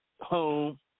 Home